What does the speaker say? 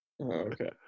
Okay